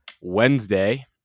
Wednesday